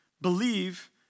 believe